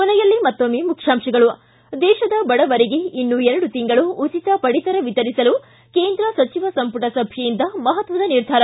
ಕೊನೆಯಲ್ಲಿ ಮತ್ತೊಮ್ಮೆ ಮುಖ್ಯಾಂಶಗಳು ಿ ದೇಶದ ಬಡವರಿಗೆ ಇನ್ನೂ ಎರಡು ತಿಂಗಳು ಉಚಿತ ಪಡಿತರ ವಿತರಿಸಲು ಕೇಂದ್ರ ಸಚಿವ ಸಂಮಟ ಸಭೆಯಿಂದ ಮಹತ್ವದ ನಿರ್ಧಾರ